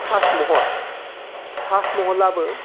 Taj Mahal ताजमहलाबो